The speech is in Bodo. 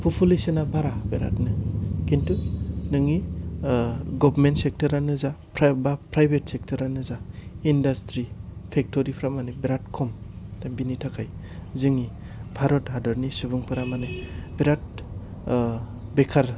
फफुलेसना बारा बिरादनो खिन्थु नोंनि गभमेन्ट सेक्टरानो जा बा फ्राइभेट सेक्टरानो जा इनदास्थ्रि पेक्टरिफ्रा मानि बिराद खम दा बिनि थाखाय जोंनि भारत हादरनि सुबुंफोरा मानि बिराद ओह बेखार